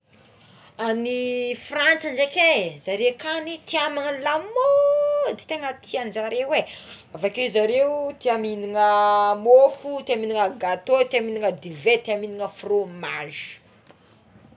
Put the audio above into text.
Any Frantsa draiky é zare akagny tia magnagno lamaody tegna tianjareo avakeo zaareo tia mihinana mofo tia mihinana gato tia mihinana divay tia minana fromagy.